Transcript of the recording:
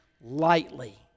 lightly